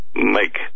Make